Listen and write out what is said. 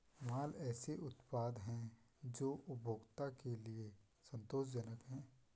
माल ऐसे उत्पाद हैं जो उपभोक्ता के लिए संतोषजनक हैं